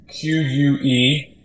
Q-U-E